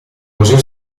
museo